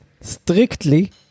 strictly